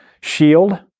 shield